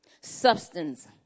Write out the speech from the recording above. Substance